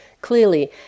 clearly